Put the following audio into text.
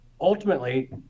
ultimately